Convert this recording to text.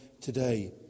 today